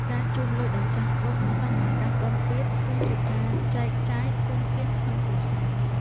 ការជូនលុយដល់ចាស់ទុំក្នុងឱកាសបុណ្យទាន គឺជាការចែកចាយធនធានក្នុងគ្រួសារ។